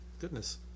goodness